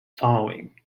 following